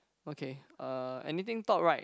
okay uh anything top right